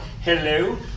hello